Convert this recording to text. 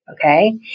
Okay